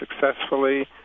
successfully